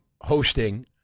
hosting